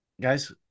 guys